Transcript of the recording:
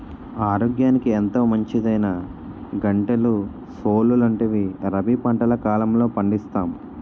ఆరోగ్యానికి ఎంతో మంచిదైనా గంటెలు, సోలు లాంటివి రబీ పంటల కాలంలో పండిస్తాం